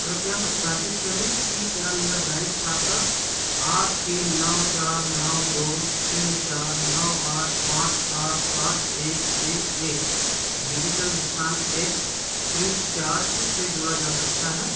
कृपया सत्तापित करें कि क्या मेरा बैंक खाता आठ तीन नौ चार नौ दो तीन चार नौ आठ पाँच सात सात एक छः एक डिजिटल भुगतान ऐप फ़्रीचार्ज से जोड़ा जा सकता है